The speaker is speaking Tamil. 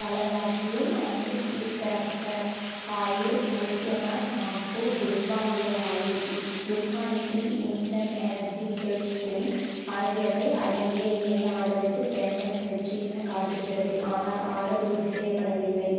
Palada pure and sure castor oil Baidyanath Nagpur Bilva ear oil இக் Glucon D instant energy health drink ஆகியவை அடங்கிய என் ஆர்டருக்கு பேமெண்ட் வெற்றி என காட்டுகிறது ஆனால் ஆர்டர் உறுதி செய்யப்படவில்லை